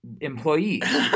employees